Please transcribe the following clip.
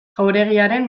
jauregiaren